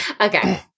Okay